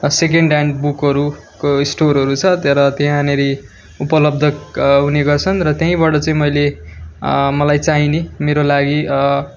second hand बुकहरूको स्टोरहरू छ तर त्यहाँनेरि उपलब्ध क हुने गर्छन् र त्यहीँबाट चाहिँ मैले मलाई चाहिने मेरो लागि